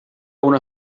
una